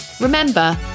Remember